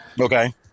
Okay